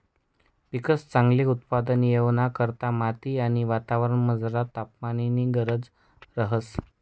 पिकंसन चांगल उत्पादन येवाना करता माती आणि वातावरणमझरला तापमाननी गरज रहास